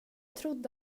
trodde